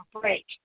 break